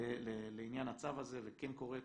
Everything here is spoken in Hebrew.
לעניין הצו הזה וכן קוראת